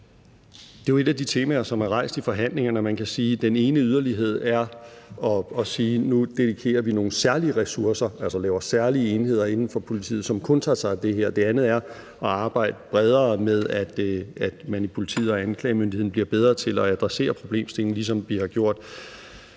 et af de temaer, som er rejst i forhandlingerne. Man kan sige, at den ene yderlighed er at sige, at nu dedikerer vi nogle særlige ressourcer, altså laver særlige enheder inden for politiet, som kun tager sig af det her, og den anden er at arbejde bredere med, at man i politiet og anklagemyndigheden bliver bedre til at adressere problemstillingen, ligesom vi har gjort